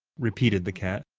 repeated the cat.